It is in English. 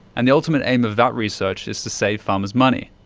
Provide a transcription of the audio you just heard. and the ultimate aim of that research is to save farmers money.